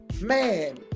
man